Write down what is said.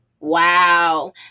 Wow